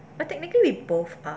but technically we both are